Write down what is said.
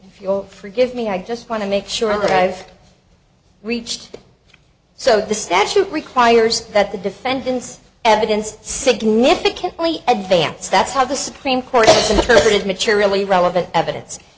if you'll forgive me i just want to make sure that i've reached so the statute requires that the defendant's evidence significantly advance that's how the supreme court interpreted mature really relevant evidence